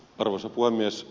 arvoisa puhemies